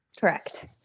Correct